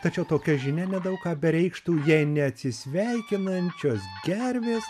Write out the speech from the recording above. tačiau tokia žinia ne daug ką bereikštų jei neatsisveikinančios gervės